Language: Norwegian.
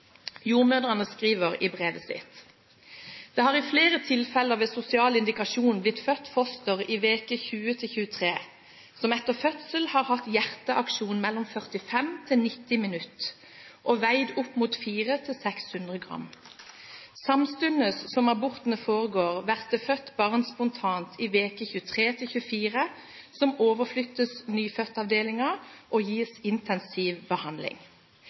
Jordmødrene skriver i brevet sitt: «Det har i fleire tilfeller ved «sosial indikasjon» blitt født foster i veke 20-23 som etter fødsel har hatt hjerteaksjon mellom 45-90 minutt og veid opp mot 400-600 gram. Samstundes som abortene foregår vert det født barn spontant i veke 23-24 som overflyttast nyfødtavdelinga og gitt intensiv behandling.»